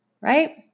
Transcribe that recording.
right